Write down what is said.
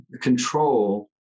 control